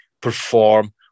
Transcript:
perform